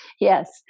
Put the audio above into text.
Yes